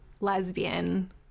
lesbian